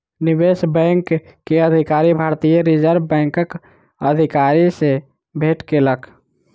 निवेशक बैंक के अधिकारी, भारतीय रिज़र्व बैंकक अधिकारी सॅ भेट केलक